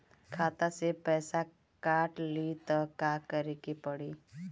खाता से पैसा काट ली त का करे के पड़ी?